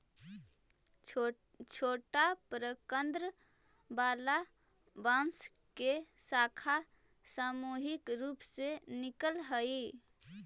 छोटा प्रकन्द वाला बांस के शाखा सामूहिक रूप से निकलऽ हई